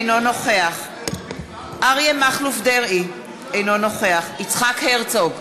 אינו נוכח אריה מכלוף דרעי, אינו נוכח יצחק הרצוג,